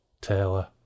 Taylor